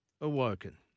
Awoken